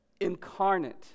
incarnate